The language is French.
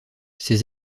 ses